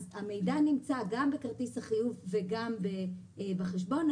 אז המידע נמצא גם בכרטיס החיוב וגם בחשבון הבנק.